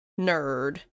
nerd